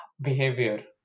behavior